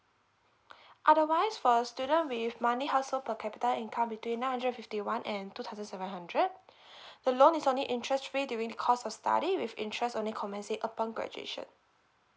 otherwise for a student with money household per capita income between nine hundred and fifty one and two thousand seven hundred the loan is only interest free during the course of study with interest only commence say upon graduation